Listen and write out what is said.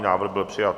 Návrh byl přijat.